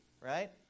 right